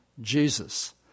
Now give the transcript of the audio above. Jesus